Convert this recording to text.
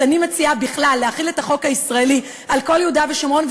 אז אני מציעה בכלל להחיל את החוק הישראלי על כל יהודה ושומרון,